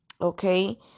Okay